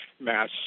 mass